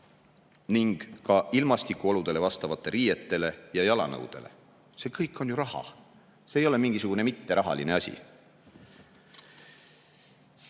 ning ka ilmastikuoludele vastavate riiete ja jalanõude [soetamiseks]. See kõik on ju raha, see ei ole mingisugune mitterahaline asi.